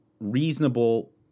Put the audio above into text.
reasonable